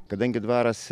kadangi dvaras